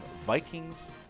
Vikings